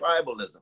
tribalism